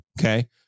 Okay